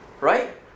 Right